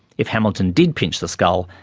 if hamilton did pinch the skull,